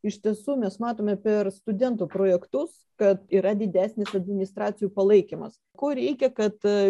iš tiesų mes matome per studentų projektus kad yra didesnis administracijų palaikymas ko reikia kad